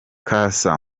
casa